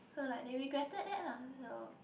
so like they regretted that lah so